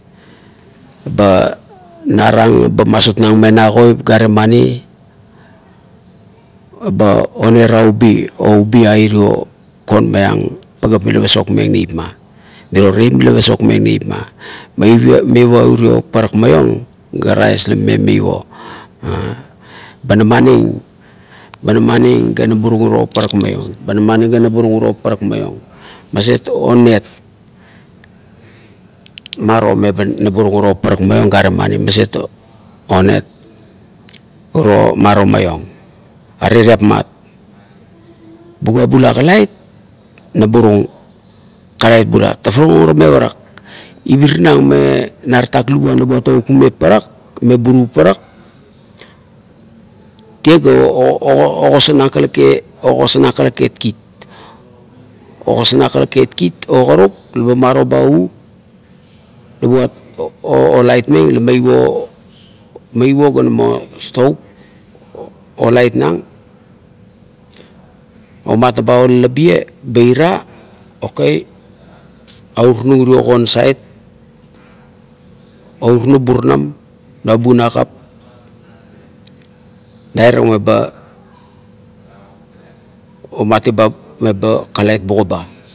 Ba narang ba nasutnang me na koip gare mani uba oneraubi o ubi ai irio kon maiang mirio pagap mila pasokmeng neip ma, mirio teip mila pasokmeng neip ma meivo urio pasokmeng ga rais ga rais la mame meivo "a"ba namaning ga naburung uro parak maiong ba namaning ga naburung uro parak maiong maset onet maro me ba naburung uro parak maiong gare mani maset onet uro maro maionng arevatmat. Bugua bula tafarung ara me parak ibuenang me na tatak luguan la mame okak meng parak tie ga ogosarmeng ka lake kit ogosarnang ka lake kit o kruk laba maro ba u, la buat o laitmeng meivo ga namo stor, o lait nang burunam. nubua nakap nairing muba omitiba me ba kalait bugan ba.